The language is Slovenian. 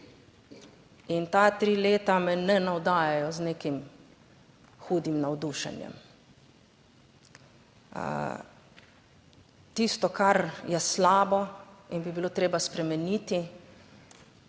in ta tri leta me ne navdajajo z nekim hudim navdušenjem. Tisto, kar je slabo in bi bilo treba spremeniti,